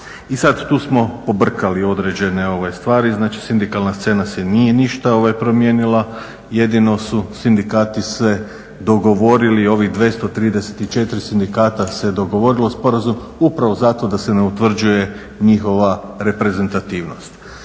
I sad tu smo pobrkali određene stvari, znači sindikalna scena se nije ništa promijenila, jedino su sindikati se dogovorili, ovih 234 sindikata se dogovorilo sporazum upravo zato da se ne utvrđuje njihova reprezentativnost